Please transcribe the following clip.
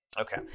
Okay